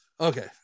Okay